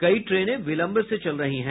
कई ट्रेने विलंब से चल रही है